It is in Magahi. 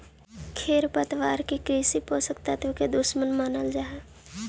खेरपतवार के कृषि पोषक तत्व के दुश्मन मानल जा हई